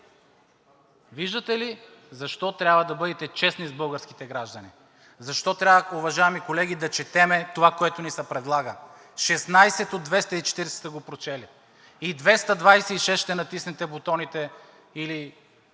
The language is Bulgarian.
Виждате ли защо трябва да бъдете честни с българските граждани? Защо трябва, уважаеми колеги, да четем това, което ни се предлага?! Шестнадесет от 240 са го прочели и 226 ще натиснете бутоните или